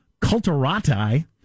culturati